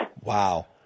Wow